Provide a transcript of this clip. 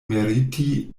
meriti